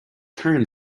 turn